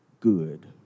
Good